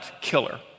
killer